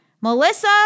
Melissa